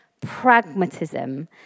pragmatism